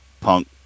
Punk